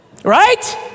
Right